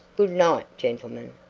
good night, gentlemen.